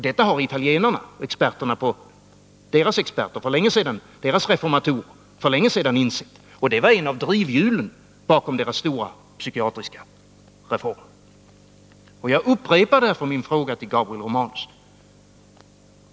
Detta har italienarnas experter och reformatorer för länge sedan insett. Det var ett av Jag upprepar därför min fråga till Gabriel Romanus.